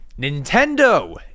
Nintendo